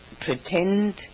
pretend